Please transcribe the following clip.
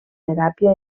teràpia